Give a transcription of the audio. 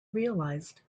realized